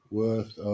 worth